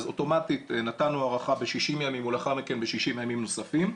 אז אוטומטית נתנו הארכה ב-60 ימים ולאחר מכן ב-60 ימים נוספים.